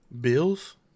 Bills